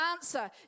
answer